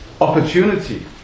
opportunity